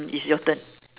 it's your turn